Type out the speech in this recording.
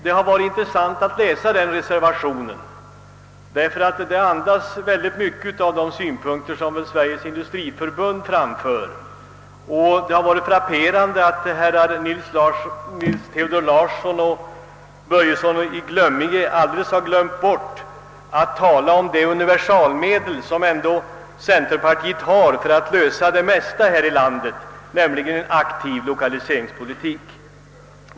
Det har varit intressant att läsa deras reservation, ty den präglas, tycker jag, rätt mycket av de synpunkter som Sveriges industriförbund i olika sammanhang framfört. Det är frapperande att herrar Nils Teodor Larsson och Börjesson i Glömminge alldeles glömt bort att i denna reservation tala om det universalmedel som centerpartiet har för att lösa det mesta i samhället, nämligen en aktiv lokaliseringspolitik!